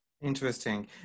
Interesting